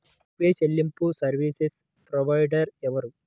UPI చెల్లింపు service provider ఎవరు?